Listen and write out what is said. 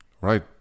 Right